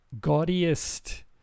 gaudiest